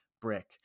brick